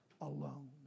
alone